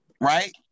Right